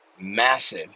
massive